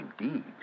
indeed